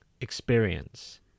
experience